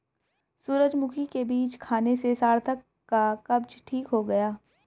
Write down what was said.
सूरजमुखी के बीज खाने से सार्थक का कब्ज ठीक हो गया